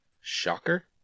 Shocker